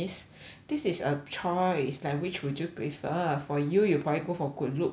this is a choice like which would you prefer for you you probably go for good looks lah because